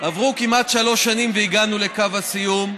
עברו כמעט שלוש שנים, והגענו לקו הסיום.